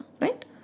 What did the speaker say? Right